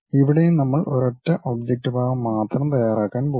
ഇവിടെയും നമ്മൾ ഒരൊറ്റ ഒബ്ജക്റ്റ് ഭാഗം മാത്രം തയ്യാറാക്കാൻ പോകുന്നു